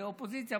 זה אופוזיציה,